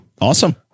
awesome